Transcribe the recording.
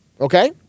Okay